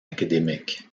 académiques